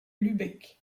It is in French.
lübeck